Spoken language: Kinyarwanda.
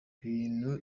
ibintu